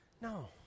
No